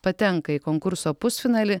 patenka į konkurso pusfinalį